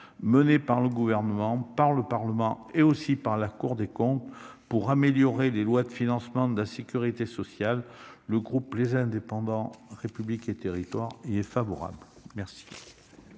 fois par le Gouvernement, le Parlement et la Cour des comptes afin d'améliorer les lois de financement de la sécurité sociale. Le groupe Les Indépendants - République et Territoires y est favorable. Bravo